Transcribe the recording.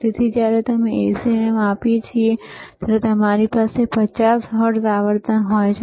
તેથી જ્યારે અમે AC ને માપીએ છીએ ત્યારે તમારી પાસે 50 હર્ટ્ઝ આવર્તન હોય છે